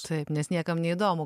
taip nes niekam neįdomu